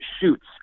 shoots